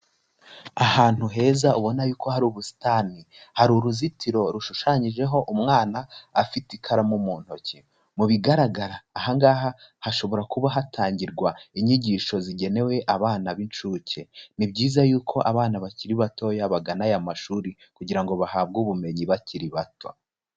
Ahantu heza ubona yuko ko hari ubusitani, hari uruzitiro rushushanyijeho umwana afite ikaramu mu ntoki, mu bigaragara aha ngaha hashobora kuba hatangirwa inyigisho zigenewe abana b'inshuke, ni byiza yuko abana bakiri batoya bagana aya mashuri kugira ngo bahabwe ubumenyi bakiri bato.